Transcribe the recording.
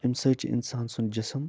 اَمہِ سۭتۍ چھِ اِنسان سُنٛد جسم